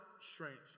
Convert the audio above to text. strength